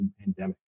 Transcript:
pandemic